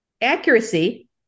accuracy